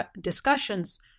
discussions